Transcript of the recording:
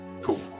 Cool